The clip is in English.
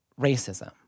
racism